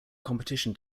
competition